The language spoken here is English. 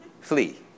Flee